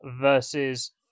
versus